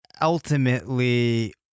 ultimately